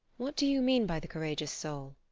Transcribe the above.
what do you mean by the courageous soul?